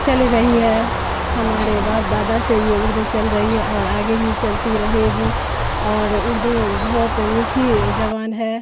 چل رہی ہے ہمارے باپ دادا سے یہ اردو چل رہی ہے اور آگے بھی چلتی رہے گی اور اردو بہت میٹھی زبان ہے